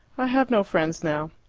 i have no friends now.